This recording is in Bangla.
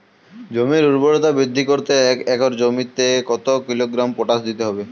জমির ঊর্বরতা বৃদ্ধি করতে এক একর জমিতে কত কিলোগ্রাম পটাশ দিতে হবে?